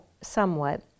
somewhat